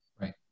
Right